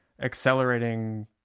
accelerating